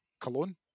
Cologne